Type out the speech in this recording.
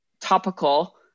topical